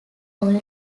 oil